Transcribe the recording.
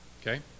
Okay